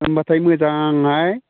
होमबाथाय मोजाङै